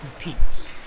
competes